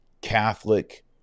Catholic